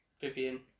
Vivian